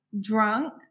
Drunk